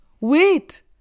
Wait